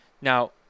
Now